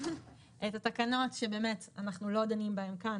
את התקנות שבאמת אנחנו לא דנים בהן כאן,